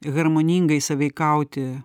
harmoningai sąveikauti